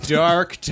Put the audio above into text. dark